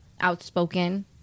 outspoken